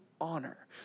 honor